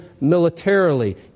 militarily